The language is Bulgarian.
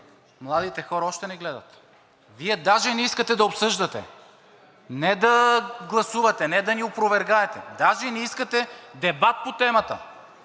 младите хора още ни гледат. Вие даже не искате да обсъждате. Не да гласувате, не да ни опровергаете, даже не искате дебат по темата.